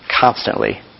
constantly